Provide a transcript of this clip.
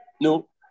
No